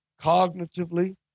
cognitively